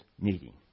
meeting